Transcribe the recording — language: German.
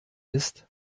ist